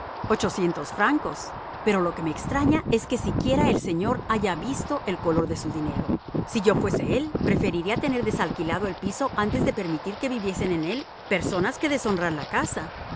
ochocientos francos pero lo que me extraña es que siquiera el señor haya visto el color de su dinero si yo fuese él preferiría tener desalquilado el piso antes que permitir que viviesen en él personas que deshonran la casa